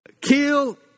Kill